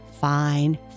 fine